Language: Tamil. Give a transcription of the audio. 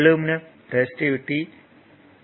aluminium resistivity 2